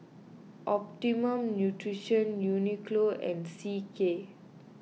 Optimum Nutrition Uniqlo and C K